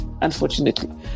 unfortunately